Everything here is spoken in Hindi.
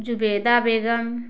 जुबेदा बेगम